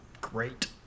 Great